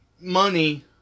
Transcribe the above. money